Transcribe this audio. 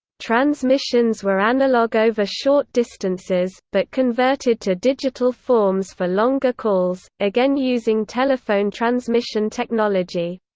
transmissions were analog over short distances, but converted to digital forms for longer calls, again using telephone transmission technology.